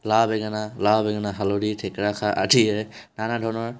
লাও বেঙেনা লাও বেঙেনা হালধি থেকেৰা খাৰ আদিৰে নানা ধৰণৰ